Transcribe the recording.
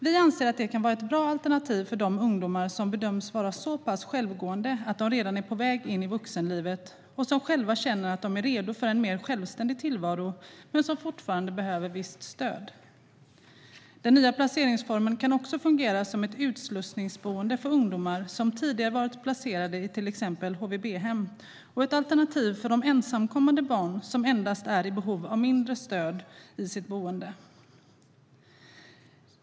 Vi anser att det kan vara ett bra alternativ för de ungdomar som bedöms vara så pass självgående att de redan är på väg in i vuxenlivet och själva känner att de är redo för en mer självständig tillvaro men fortfarande behöver visst stöd. Den nya placeringsformen kan också fungera som ett utslussningsboende för ungdomar som tidigare har varit placerade i till exempel HVB-hem och ett alternativ för de ensamkommande barn som endast är i behov av mindre stöd i sitt boende.